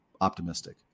optimistic